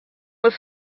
was